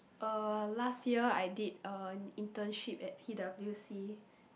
uh last year I did a internship at T_W_C